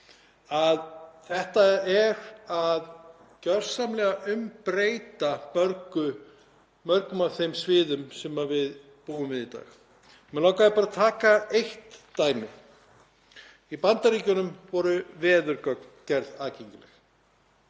o.fl., er gjörsamlega að umbreyta mörgum af þeim sviðum sem við höfum í dag. Mig langaði bara að taka eitt dæmi. Í Bandaríkjunum voru veðurgögn gerð aðgengileg,